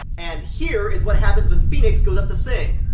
and here is what happens when phoenix goes up to sing.